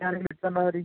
എത്തിച്ച് തന്നാൽ മതി